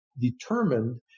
determined